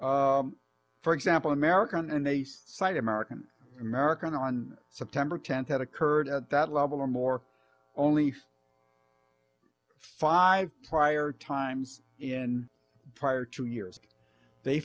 not for example american and they cite american american on september tenth had occurred at that level or more only five prior times in prior to years they